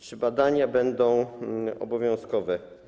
Czy badania będą obowiązkowe?